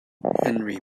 henry